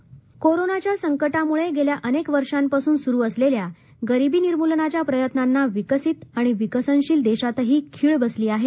निर्मला सीतारमण कोरोनाच्या संक भ्रम्ळे गेल्या अनेक वर्षांपासूनसुरू असलेल्या गरिबी निर्मुलनाच्या प्रयत्नांना विकसित आणि विकसनशील देशांतही खीळ बसली आहे